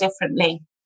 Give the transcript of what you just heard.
differently